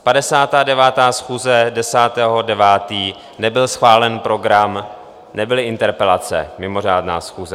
59. schůze 10. 9. nebyl schválen program, nebyly interpelace, mimořádná schůze.